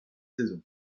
saisons